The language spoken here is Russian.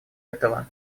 этого